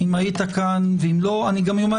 אם היית כאן אני גם אומר,